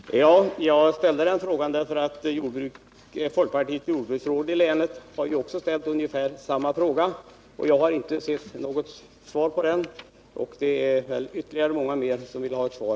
Herr talman! Jag har ställt den frågan också därför att folkpartiets jordbruksråd i länet också har ställt ungefär samma fråga. Jag har inte fått något svar på frågan, och det finns många fler som vill ha svar.